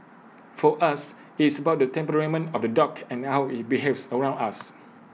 for us its about the temperament of the dog and how IT behaves around us